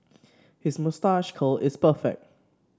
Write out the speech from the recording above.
his moustache curl is perfect